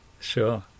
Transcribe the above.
Sure